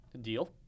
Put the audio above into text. deal